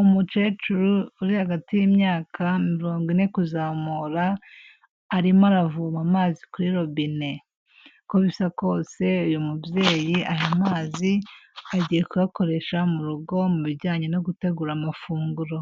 umukecuru uri hagati y'imyaka mirongo ine kuzamura arimo aravoma amazi kuri robine, uko bisa kose uyu mubyeyi aya mazi agiye kuyakoresha mu rugo mu bijyanye no gutegura amafunguro.